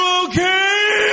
okay